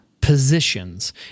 positions